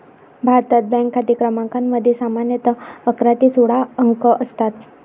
भारतात, बँक खाते क्रमांकामध्ये सामान्यतः अकरा ते सोळा अंक असतात